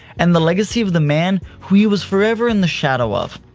and the legacy of the man who he was forever in the shadow of.